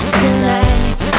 tonight